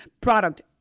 product